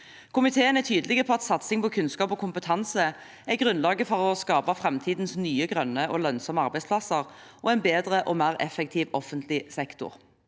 Komiteen er tydelig på at satsing på kunnskap og kompetanse er grunnlaget for å skape framtidens nye, grønne og lønnsomme arbeidsplasser og en bedre og mer effektiv offentlig sektor.